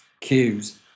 cues